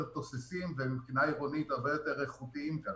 תוססים ומבחינה עירונית הרבה יותר איכותיים.